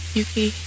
Yuki